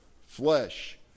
flesh